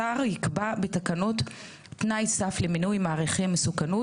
השר יקבע בתקנות תנאי סף למינוי מעריכי מסוכנות,